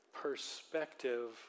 perspective